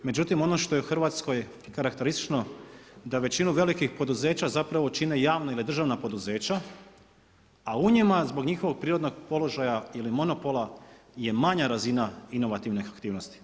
Međutim, ono što je u Hrvatskoj karakteristično da većinu velikih poduzeća zapravo čine javna ili državna poduzeća, a u njima zbog njihovog prirodnog položaja ili monopola je manja razina inovativnih aktivnosti.